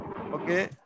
Okay